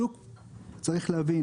צריך להבין,